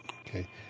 Okay